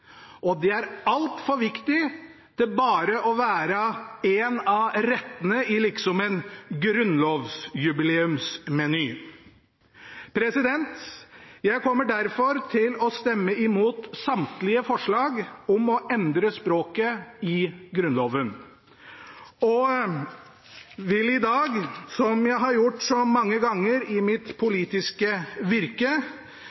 og det er altfor viktig til bare å være en av rettene i en grunnlovsjubileumsmeny. Jeg kommer derfor til å stemme imot samtlige forslag om å endre språket i Grunnloven. Jeg vil i dag, som jeg har gjort så mange ganger i mitt